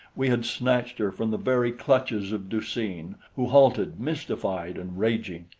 we had snatched her from the very clutches of du-seen, who halted, mystified and raging.